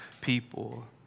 people